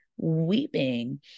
weeping